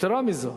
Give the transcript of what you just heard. יתירה מזו,